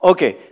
Okay